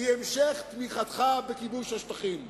היא המשך תמיכתך בכיבוש השטחים,